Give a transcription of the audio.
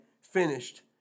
finished